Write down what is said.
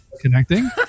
connecting